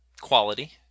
quality